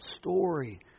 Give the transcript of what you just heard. story